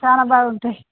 చాలా బాగుంటాయి